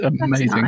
amazing